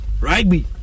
rugby